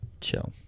Chill